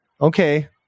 okay